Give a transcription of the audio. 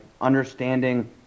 understanding